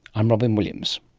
i'm robyn williams